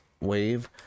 wave